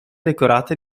decorate